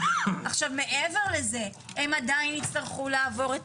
עכשיו, מעבר לזה, הם עדיין יצטרכו לעבור את